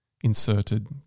inserted